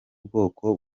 bwoko